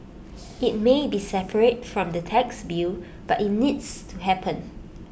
IT may be separate from the tax bill but IT needs to happen